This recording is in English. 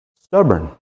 stubborn